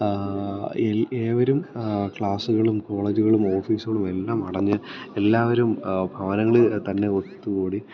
ഏവരും ക്ലാസ്സുകളും കോളേജുകളും ഓഫീസുകളും എല്ലാം അടഞ്ഞ് എല്ലാവരും ഭവനങ്ങളില്ത്തന്നെ ഒത്തുകൂടി